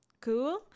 cool